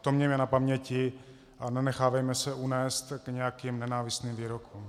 To mějme na paměti a nenechávejme se unést k nějakým nenávistným výrokům.